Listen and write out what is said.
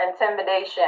intimidation